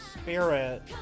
spirit